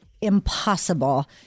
impossible